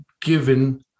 given